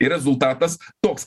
ir rezultatas toks